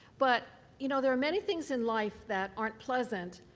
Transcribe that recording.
but you know, there are many things in life that aren't pleasant,